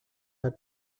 had